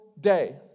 day